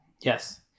Yes